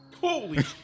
Holy